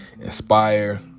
inspire